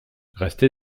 restez